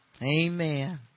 Amen